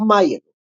חמיר;